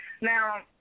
Now